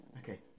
okay